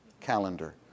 calendar